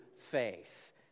faith